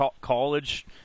college